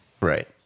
Right